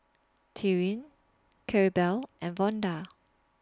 Tyrin Claribel and Vonda